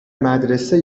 مدرسه